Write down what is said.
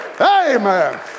Amen